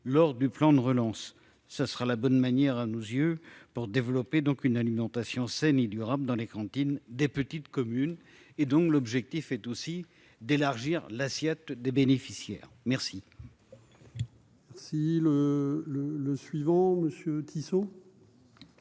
lors du plan de relance, ce sera la bonne manière, à nos yeux pour développer donc une alimentation saine et durable dans les cantines des petites communes et donc, l'objectif est aussi d'élargir l'assiette des bénéficiaires merci. Si le le le suivant Monsieur